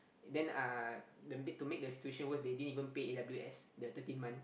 then uh the make to make situation worse they didn't even pay a_w_s the thirteenth month